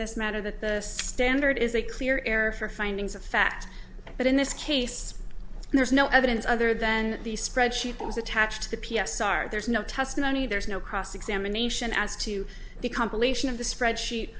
this matter that the standard is a clear error for findings of fact but in this case there's no evidence other than the spreadsheet was attached to the p s r there's no testimony there's no cross examination as to the compilation of the spreadsheet